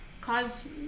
cause